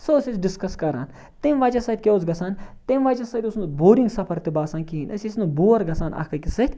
سُہ اوس أسۍ ڈِسکَس کَران تمہِ وجہ سۭتۍ کیٛاہ اوس گژھان تمہِ وجہ سۭتۍ اوس نہٕ بورِنٛگ سفر تہِ باسان کِہیٖنۍ أسۍ ٲسۍ نہٕ بور گژھان اَکھ أکِس سۭتۍ